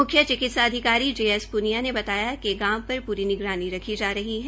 म्ख्य चिक्तिसा अधिकारी जे एस प्निया ने बताया कि गांव पर पूरी निगरानी रखी जा रही है